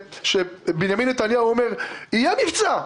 כשבנימין נתניהו אומר: "יהיה מבצע".